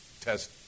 test